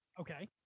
Okay